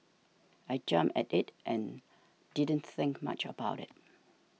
I jumped at it and didn't think much about it